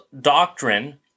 doctrine